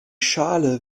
schale